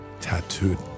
tattooed